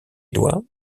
doigts